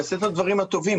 יעשה את הדברים הטובים.